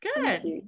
good